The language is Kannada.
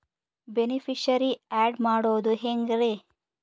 ಬೆನಿಫಿಶರೀ, ಆ್ಯಡ್ ಮಾಡೋದು ಹೆಂಗ್ರಿ?